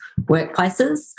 workplaces